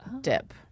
dip